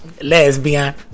Lesbian